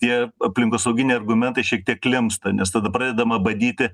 tie aplinkosauginiai argumentai šiek tiek klimpsta nes tada pradedama badyti